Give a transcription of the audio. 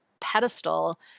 pedestal